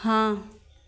हाँ